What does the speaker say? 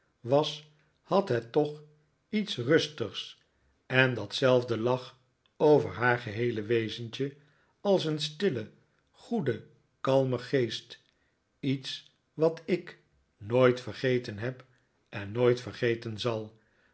was had het toch iets rustigs en datzelfde lag over haar geheele wezentje als een stille goede kalme geest iets wat ik nooit vergeten heb en nooit vergeten zal